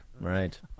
Right